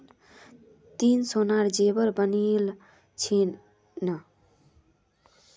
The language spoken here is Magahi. ती सोनार जेवर बनइल छि न